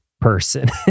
person